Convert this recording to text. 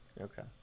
Okay